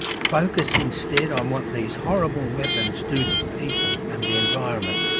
focus instead on what these horrible weapons do to people and the environment,